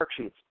worksheets